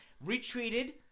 retreated